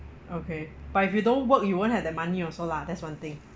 okay but if you don't work you won't have that money also lah that's one thing